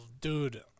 dude